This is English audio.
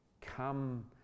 Come